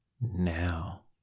now